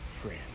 friend